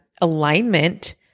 alignment